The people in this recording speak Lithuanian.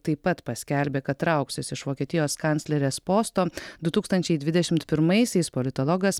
taip pat paskelbė kad trauksis iš vokietijos kanclerės posto du tūkstančiai dvidešimt pirmaisiais politologas